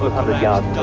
hundred yards